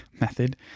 method